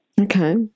Okay